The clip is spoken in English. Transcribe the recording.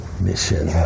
mission